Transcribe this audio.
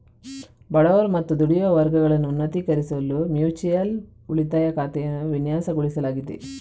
ಬಡವರು ಮತ್ತು ದುಡಿಯುವ ವರ್ಗಗಳನ್ನು ಉನ್ನತೀಕರಿಸಲು ಮ್ಯೂಚುಯಲ್ ಉಳಿತಾಯ ಖಾತೆಯನ್ನು ವಿನ್ಯಾಸಗೊಳಿಸಲಾಗಿದೆ